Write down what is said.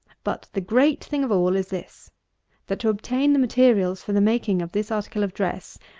but, the great thing of all is this that, to obtain the materials for the making of this article of dress,